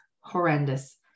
horrendous